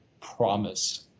promise